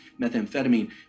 methamphetamine